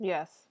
Yes